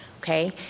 okay